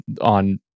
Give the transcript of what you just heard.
on